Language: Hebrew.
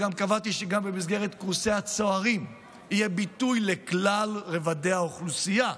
קבעתי שגם במסגרת קורסי הצוערים יהיה ביטוי לכלל רובדי האוכלוסייה,